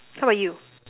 how about you